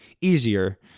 easier